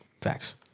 Facts